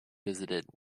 visited